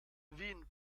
wien